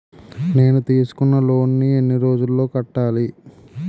నేను తీసుకున్న లోన్ నీ ఎన్ని రోజుల్లో కట్టాలి?